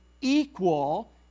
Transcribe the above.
equal